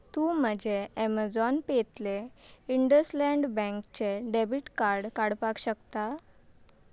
तूं म्हजें एमझॉन पेतलें इंडस लँड बँकचें डेबीट कार्ड काडपाक शकता